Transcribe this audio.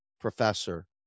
professor